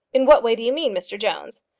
in what way do you mean, mr jones?